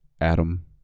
Adam